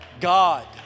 God